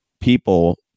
people